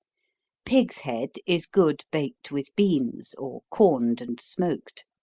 pig's head is good baked with beans, or corned and smoked.